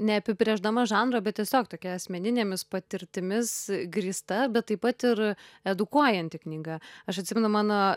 neapibrėždama žanro bet tiesiog tokia asmeninėmis patirtimis grįsta bet taip pat ir edukuojanti knyga aš atsimenu mano